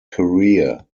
career